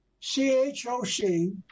C-H-O-C